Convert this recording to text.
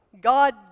God